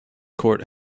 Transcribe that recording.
court